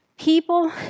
People